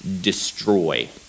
destroy